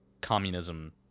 communism